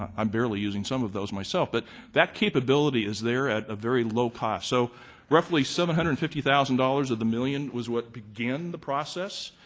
um i'm barely using some of those myself, but that capability is there at a very low cost. so roughly seven hundred and fifty thousand dollars of the million was what began the process.